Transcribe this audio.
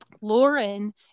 Lauren